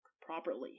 properly